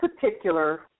particular